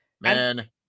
Man